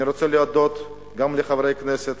אני רוצה להודות גם לחברי הכנסת